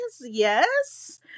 Yes